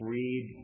read